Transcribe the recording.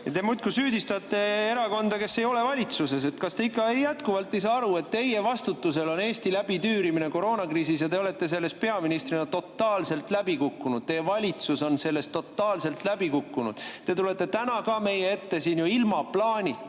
Te muudkui süüdistate erakonda, kes ei ole valitsuses. Kas te ikka jätkuvalt ei saa aru, et teie vastutusel on Eesti tüürimine koroonakriisis ja te olete selles peaministrina totaalselt läbi kukkunud? Teie valitsus on selles totaalselt läbi kukkunud. Te tulite täna ka meie ette rääkima ilma plaanita,